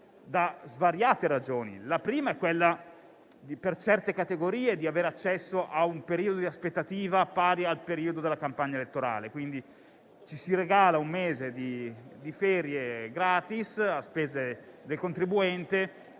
da svariate ragioni. La prima è quella, per certe categorie, di aver accesso a un periodo di aspettativa pari a quello della campagna elettorale: ci si regala un mese di ferie gratis, a spese del contribuente,